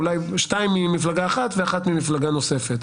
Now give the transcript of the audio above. אולי שניים ממפלגה אחת והשלישי ממפלגה אחרת.